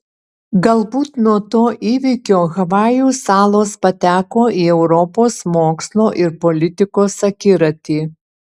galbūt nuo to įvykio havajų salos pateko į europos mokslo ir politikos akiratį